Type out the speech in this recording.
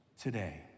today